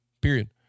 period